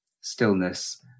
stillness